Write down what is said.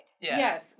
Yes